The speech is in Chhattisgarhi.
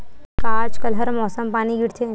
का आज कल हर मौसम पानी गिरथे?